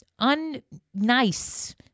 unnice